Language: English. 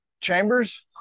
Chambers